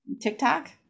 TikTok